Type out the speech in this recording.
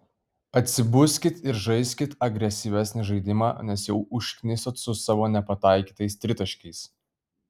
atsibuskit ir žaiskit agresyvesnį žaidimą nes jau užknisot su savo nepataikytais tritaškiais